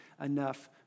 enough